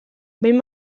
behin